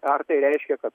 ar tai reiškia kad